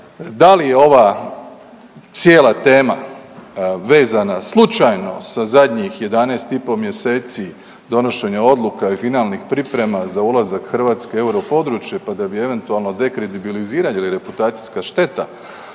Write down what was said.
da li je ova cijela tema vezana slučajno sa zadnjih 11,5 mjeseci donošenja odluka i finalnih priprema za ulazak Hrvatske u euro područje pa da bi eventualno de kredibilizirali jel je reputacijska šteta